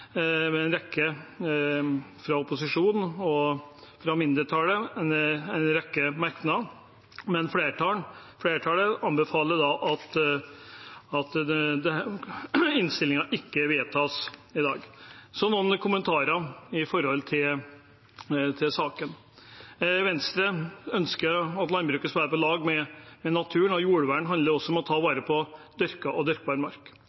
en rekke merknader fra opposisjonen og fra mindretallet, men flertallet anbefaler at innstillingen ikke vedtas i dag. Så noen kommentarer til saken: Venstre ønsker at landbruket skal være på lag med naturen, og jordvern handler også om å ta vare på dyrka og dyrkbar mark.